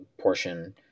portion